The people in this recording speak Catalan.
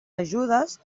ajudes